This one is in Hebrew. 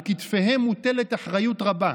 על כתפיהם מוטלת אחריות רבה.